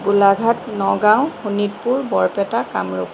Golaghat Nagaon Sonitpur Barpeta Kamrup